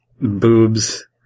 Boobs